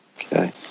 Okay